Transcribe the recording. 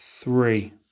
three